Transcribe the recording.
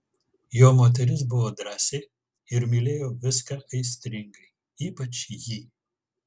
jo moteris buvo drąsi ir mylėjo viską aistringai ypač jį